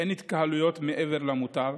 אין התקהלויות מעבר למותר,